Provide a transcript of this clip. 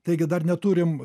taigi dar neturim